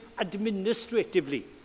administratively